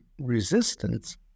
resistance